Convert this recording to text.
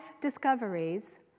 discoveries